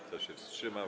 Kto się wstrzymał?